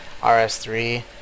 RS3